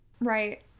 Right